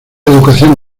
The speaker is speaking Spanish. educación